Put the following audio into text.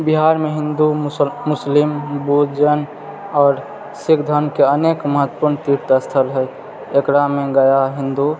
बिहारमे हिन्दू मुसल मुस्लिम बुद्ध जैन आओर सिख धर्मके अनेक महत्वपूर्ण तीर्थस्थल है एकरामे गया हिन्दू